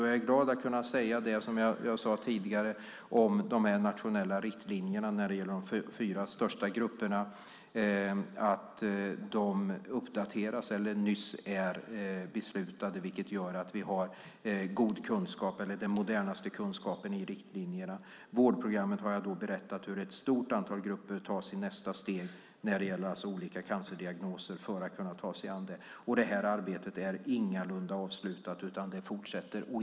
Jag är glad att jag kan säga vad jag sade tidigare om de nationella riktlinjerna när det gäller de fyra största grupperna. De är nyss beslutade, vilket gör att vi har den modernaste kunskapen i riktlinjerna. I nästa steg av vårdprogrammet kommer ett stort antal grupper av cancerdiagnoser att tas med. Arbetet är ingalunda avslutat. Det fortsätter.